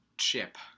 chip